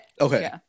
Okay